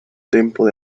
tempo